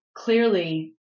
Clearly